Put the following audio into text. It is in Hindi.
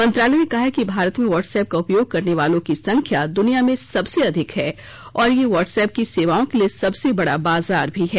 मंत्रालय ने कहा है कि भारत में व्हाट्सऐप का उपयोग करने वालों की संख्या द्वनिया में सबसे अधिक है और यह व्हाट्सऐप की सेवाओं के लिए सबसे बडा बाजार भी है